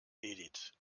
edith